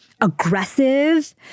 aggressive